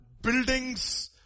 building's